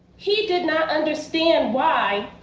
he did not understand why